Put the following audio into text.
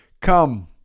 Come